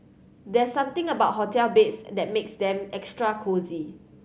there's something about hotel beds that makes them extra cosy